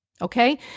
Okay